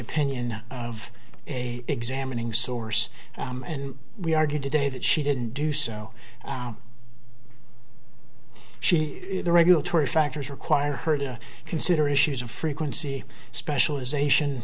opinion of a examining source and we argued today that she didn't do so she the regulatory factors require her to consider issues of frequency specialization